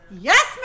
Yes